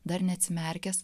dar neatsimerkęs